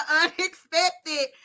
unexpected